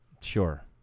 sure